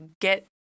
get